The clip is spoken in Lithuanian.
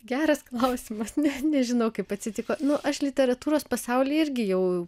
geras klausimas ne nežinau kaip atsitiko nu aš literatūros pasaulyje irgi jau